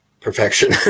perfection